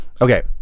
okay